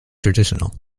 traditional